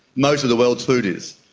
most of the world's food is.